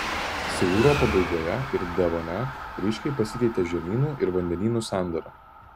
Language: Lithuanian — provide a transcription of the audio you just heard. silūro pabaigoje ir devone ryškiai pasikeitė žemynų ir vandenynų sandara